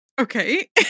Okay